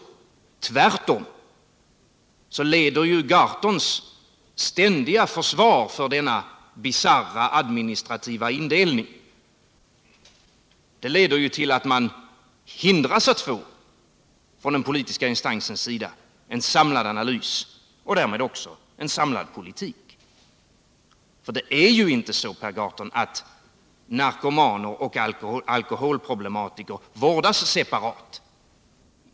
Tvärtom — Per Gahrtons ständiga försvar för denna bisarra och administrativa indelning leder till att man hindras att få från den politiska instansens sida en samlad analys och därmed en samlad politik. Det är inte så, Per Gahrton, att narkomaner och alkoholproblematiker vårdas separat.